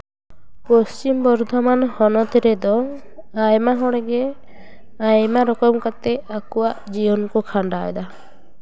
ᱯᱚᱥᱪᱷᱤᱢ ᱵᱚᱨᱫᱷᱚᱢᱟᱱ ᱦᱚᱱᱚᱛ ᱨᱮᱫᱚ ᱟᱭᱢᱟ ᱦᱚᱲᱜᱮ ᱟᱭᱢᱟ ᱨᱚᱠᱚᱢ ᱠᱟᱛᱮᱫ ᱟᱠᱚᱣᱟᱜ ᱡᱤᱭᱚᱱ ᱠᱚ ᱠᱷᱟᱸᱰᱟᱣᱫᱟ